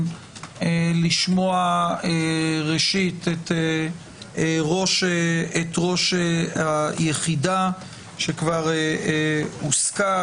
לשמוע ראשית את ראש היחידה שכבר הוזכר,